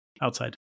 outside